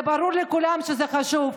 ברור לכולם שזה חשוב.